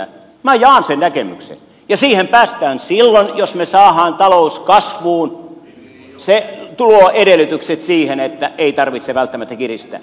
minä jaan sen näkemyksen ja siihen päästään silloin jos me saamme talouden kasvuun tuloedellytykset siihen että ei tarvitse välttämättä kiristää